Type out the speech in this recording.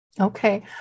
Okay